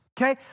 okay